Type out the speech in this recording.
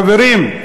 חברים,